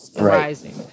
Rising